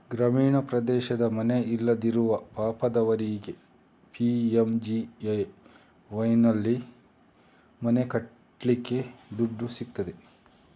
ಗ್ರಾಮೀಣ ಪ್ರದೇಶದ ಮನೆ ಇಲ್ಲದಿರುವ ಪಾಪದವರಿಗೆ ಪಿ.ಎಂ.ಜಿ.ಎ.ವೈನಲ್ಲಿ ಮನೆ ಕಟ್ಲಿಕ್ಕೆ ದುಡ್ಡು ಸಿಗ್ತದೆ